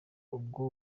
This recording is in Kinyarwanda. ubwo